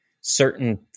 certain